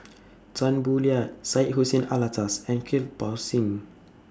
Tan Boo Liat Syed Hussein Alatas and Kirpal Singh